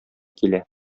килә